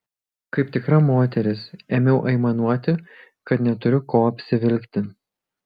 kaip tikra moteris ėmiau aimanuoti kad neturiu ko apsivilkti